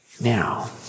Now